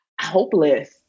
hopeless